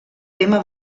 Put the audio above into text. tema